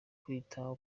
kwita